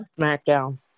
SmackDown